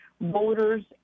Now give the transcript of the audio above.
voters